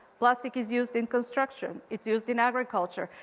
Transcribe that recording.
plastic is used in construction, it's used in agriculture,